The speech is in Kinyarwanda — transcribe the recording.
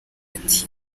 ati